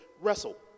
wrestle